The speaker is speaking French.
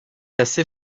assez